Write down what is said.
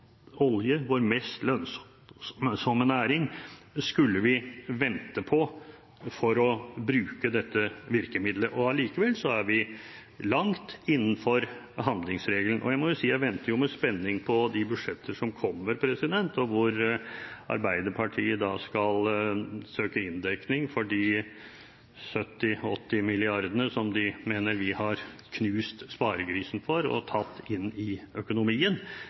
olje, vår mest lønnsomme næring, skulle vi vente på for å bruke dette virkemidlet? Allikevel er vi langt innenfor handlingsregelen. Og jeg må si at jeg venter med spenning på de budsjettene som kommer, hvor Arbeiderpartiet da skal søke inndekning for de 70–80 mrd. kr som de mener vi har knust sparegrisen for og tatt inn i økonomien.